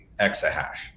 exahash